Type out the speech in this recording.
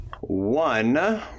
one